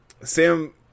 Sam